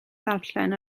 ddarllen